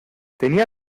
tenía